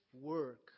work